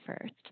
first